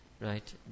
right